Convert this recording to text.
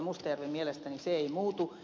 mustajärvi mielestäni se ei muutu